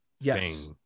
Yes